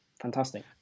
fantastic